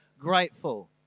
grateful